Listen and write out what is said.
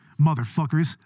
motherfuckers